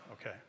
Okay